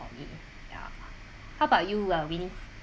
for me ya how about you uh winnie